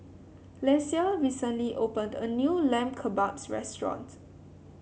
Lesia recently opened a new Lamb Kebabs restaurant